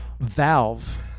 valve